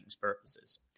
purposes